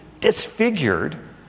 disfigured